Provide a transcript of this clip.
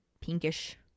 pinkish